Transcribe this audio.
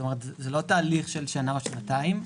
כלומר זה לא תהליך של שנה או שנתיים,